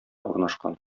урнашкан